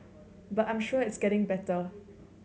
but I'm sure it's getting better